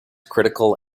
critical